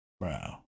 Wow